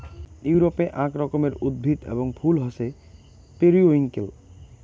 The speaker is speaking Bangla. ইউরোপে আক রকমের উদ্ভিদ এবং ফুল হসে পেরিউইঙ্কেল